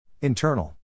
Internal